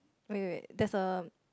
wait wait wait there's a